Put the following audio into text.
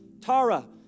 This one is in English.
Tara